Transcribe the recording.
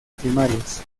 primarios